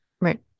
Right